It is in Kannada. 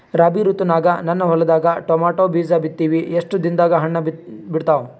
ರಾಬಿ ಋತುನಾಗ ನನ್ನ ಹೊಲದಾಗ ಟೊಮೇಟೊ ಬೀಜ ಬಿತ್ತಿವಿ, ಎಷ್ಟು ದಿನದಾಗ ಹಣ್ಣ ಬಿಡ್ತಾವ?